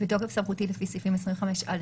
בתוקף סמכותי לפי סעיפים 25(א),